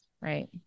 right